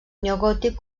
neogòtic